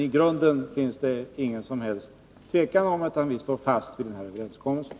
I grunden råder det ingen tvekan om att vi står fast vid överenskommelsen.